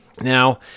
Now